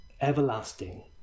everlasting